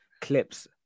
clips